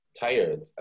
tired